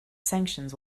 sanctions